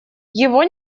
его